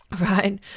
right